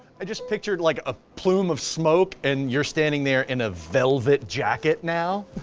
i just pictured like a plume of smoke and you're standing there in a velvet jacket now.